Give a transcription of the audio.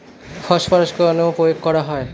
Phosphorus কেন প্রয়োগ করা হয়?